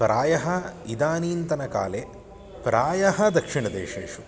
प्रायः इदानीन्तनकाले प्रायः दक्षिणदेशेषु